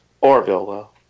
Orville